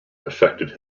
affected